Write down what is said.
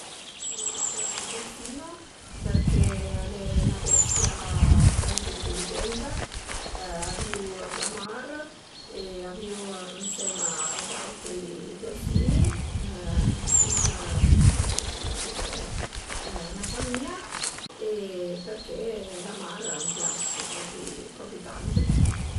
Vurìu ese ën delfino përché al e üna bestia tantu ënteligenta, a vìu ën la mar e a vìu ënsema a d'autri delfini cum s'la fuse 'na famìa e përché la mar a m'pias propi tantu